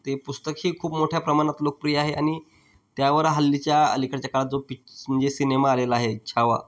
ते पुस्तकही खूप मोठ्या प्रमाणात लोकप्रिय आहे आणि त्यावर हल्लीच्या अलीकडच्या काळात जो पिक्स म्हणजे सिनेमा आलेला आहे छावा